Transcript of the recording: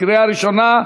קריאה ראשונה.